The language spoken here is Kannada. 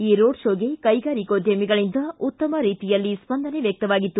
ಈ ರೋಡ್ ಕೋಗೆ ಕೈಗಾರಿಕೋದ್ದಮಿಗಳಿಂದ ಉತ್ತಮರೀತಿಯಲ್ಲಿ ಸ್ವಂದನೆ ವ್ಯಕ್ತವಾಗಿತ್ತು